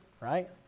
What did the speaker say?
right